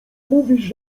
mówisz